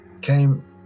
came